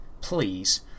please